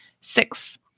Six